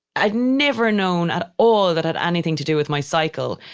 i'd never known at all that had anything to do with my cycle.